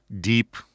deep